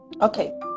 okay